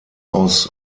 aus